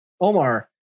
Omar